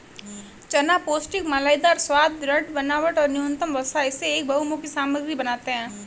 चना पौष्टिक मलाईदार स्वाद, दृढ़ बनावट और न्यूनतम वसा इसे एक बहुमुखी सामग्री बनाते है